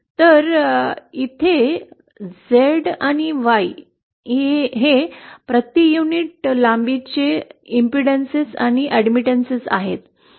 तर इथे झेड आणि वाय हे प्रति युनिट लांबीचे अडथळे आणि प्रवेश आहेत